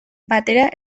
batera